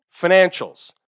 Financials